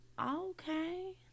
okay